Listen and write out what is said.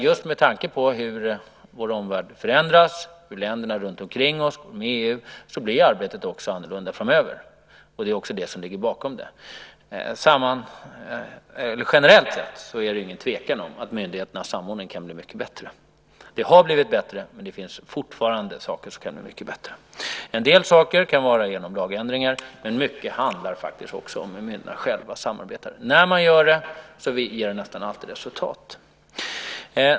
Just med tanke på hur vår omvärld förändras och att länder runtomkring oss går med i EU blir arbetet annorlunda framöver. Det är också detta som ligger bakom. Generellt sett är det ingen tvekan om att myndigheternas samordning kan bli mycket bättre. Det har blivit bättre, men det finns fortfarande saker som kan bli mycket bättre. En del saker kan vara genom lagändringar, men mycket handlar faktiskt också om att myndigheterna själva samarbetar. När man gör det ger det nästan alltid resultat.